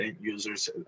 users